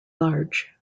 large